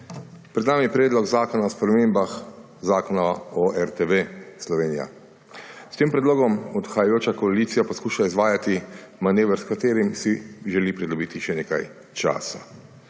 Pred nami je Predlog zakona o spremembah Zakona o RTV Slovenija. S tem predlogom odhajajoča koalicija poskuša izvajati manever, s katerim si želi pridobiti še nekaj časa.